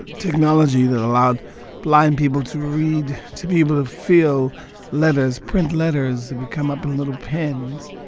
technology that allowed blind people to read, to be able to feel letters print letters that would come up in little pins.